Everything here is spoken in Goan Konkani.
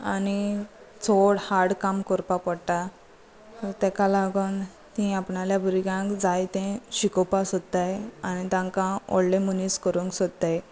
आनी चड हाड काम करपा पडटा ताका लागून ती आपणाल्या भुरग्यांक जाय तें शिकोवपाक सोदताय आनी तांकां व्हडले मनीस करूंक सोदताय